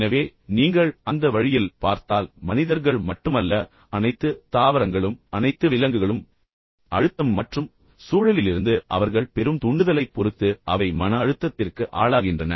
எனவே நீங்கள் அந்த வழியில் பார்த்தால் மனிதர்கள் மட்டுமல்ல அனைத்து தாவரங்களும் அனைத்து விலங்குகளும் அழுத்தம் மற்றும் சூழலிலிருந்து அவர்கள் பெறும் தூண்டுதலை பொறுத்து அவை மன அழுத்தத்திற்கு ஆளாகின்றன